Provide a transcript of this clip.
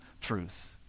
truth